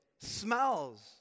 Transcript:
Smells